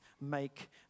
make